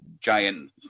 giant